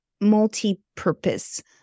multi-purpose